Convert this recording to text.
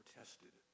tested